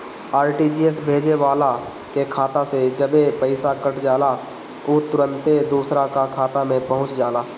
RTGS भेजे वाला के खाता से जबे पईसा कट जाला उ तुरंते दुसरा का खाता में पहुंच जाला